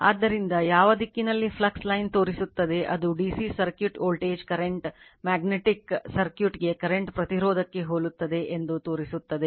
ಆದ್ದರಿಂದ ಯಾವ ದಿಕ್ಕಿನಲ್ಲಿ ಫ್ಲಕ್ಸ್ ಲೈನ್ ತೋರಿಸುತ್ತದೆ ಅದು DC circuit voltage current magnetic ಸರ್ಕ್ಯೂಟ್ಗೆ ಕರೆಂಟ್ ಪ್ರತಿರೋಧಕ್ಕೆ ಹೋಲುತ್ತದೆ ಎಂದು ತೋರಿಸುತ್ತದೆ